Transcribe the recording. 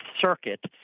Circuit